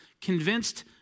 convinced